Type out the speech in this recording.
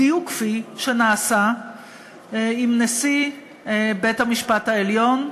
בדיוק כפי שנעשה עם נשיא בית-המשפט העליון,